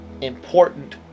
important